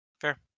Fair